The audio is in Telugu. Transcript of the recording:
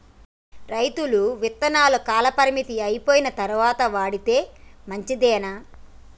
రైతులు విత్తనాల కాలపరిమితి అయిపోయిన తరువాత వాడితే మంచిదేనా?